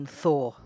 Thor